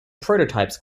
prototypes